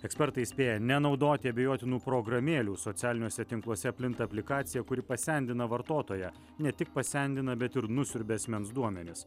ekspertai įspėja nenaudoti abejotinų programėlių socialiniuose tinkluose plinta aplikacija kuri pasendina vartotoją ne tik pasendina bet ir nusiurbia asmens duomenis